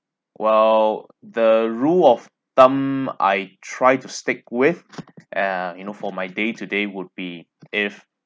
well the rule of thumb I try to stick with and uh you know for my day to day would be if